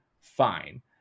fine